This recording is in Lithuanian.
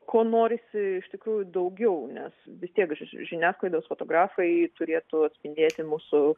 ko norisi iš tikrųjų daugiau nes vis tiek žiniasklaidos fotografai turėtų atspindėti mūsų